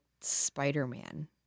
Spider-Man